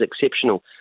exceptional